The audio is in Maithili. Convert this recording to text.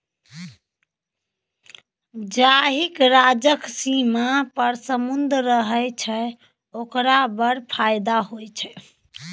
जाहिक राज्यक सीमान पर समुद्र रहय छै ओकरा बड़ फायदा होए छै